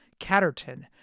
Catterton